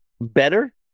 better